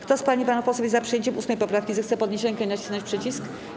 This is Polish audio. Kto z pań i panów posłów jest za przyjęciem 8. poprawki, zechce podnieść rękę i nacisnąć przycisk.